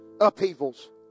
upheavals